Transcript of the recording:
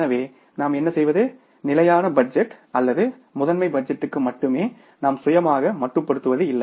எனவே நாம் என்ன செய்வது ஸ்டாடிக் பட்ஜெட் அல்லது முதன்மை பட்ஜெட்டுக்கு மட்டுமே நாம் சுயமாக மட்டுப்படுத்தப்படுவதில்லை